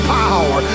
power